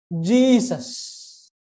Jesus